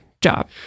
job